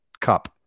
cup